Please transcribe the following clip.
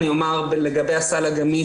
אני אומר לגבי הסל הגמיש.